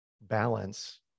balance